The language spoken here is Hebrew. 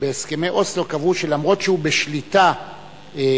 שבהסכמי אוסלו קבעו שאף שהוא בשליטה פלסטינית,